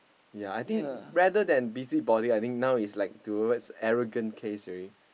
ya I think rather than busybody now is towards arrogant case already